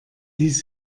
ließ